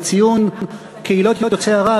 בציון קהילות יוצאי ערב,